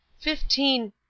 Fifteen